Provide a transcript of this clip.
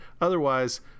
Otherwise